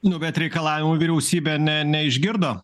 nu bet reikalavimų vyriausybė ne neišgirdo